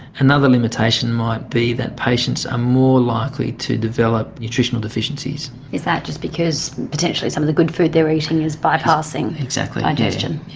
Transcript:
another limitation might be that patients are more likely to develop nutritional deficiencies. is that just because potentially some of the good food they are eating is bypassing digestion?